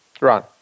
Ron